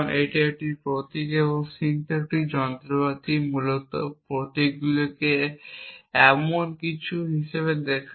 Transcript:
এটি একটি প্রতীক এবং সিনট্যাকটিক যন্ত্রপাতি মূলত প্রতীকগুলিকে এমন কিছু হিসাবে দেখায়